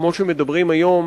כמו שמדברים היום,